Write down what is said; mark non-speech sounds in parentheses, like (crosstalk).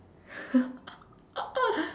(laughs)